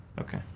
Okay